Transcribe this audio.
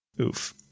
Oof